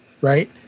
right